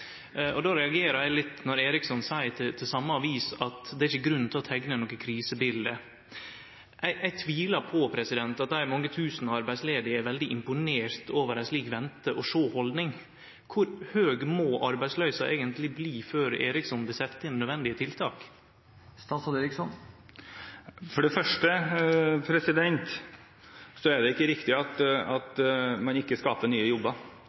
Og då reagerer eg litt når Eriksson seier til same avis at det ikkje er grunn til å teikne noko krisebilete. Eg tvilar på at dei mange tusen arbeidsledige er veldig imponerte over ei slik vente-og-sjå-haldning. Kor høg må arbeidsløysa eigentleg bli før Eriksson vil setje inn nødvendige tiltak? For det første er det ikke riktig at man ikke skaper nye